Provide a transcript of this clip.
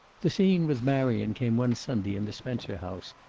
the scene with marion came one sunday in the spencer house,